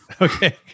Okay